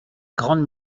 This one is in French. grande